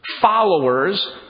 followers